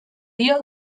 dio